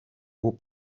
aux